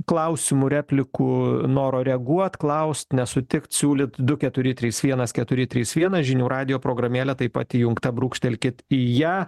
klausimų replikų noro reaguot klaust nesutikt siūlyt du keturi trys vienas keturi trys vienas žinių radijo programėlė taip pat įjungta brūkštelkit į ją